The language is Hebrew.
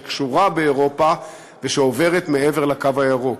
שקשורה באירופה ושעוברת מעבר לקו הירוק,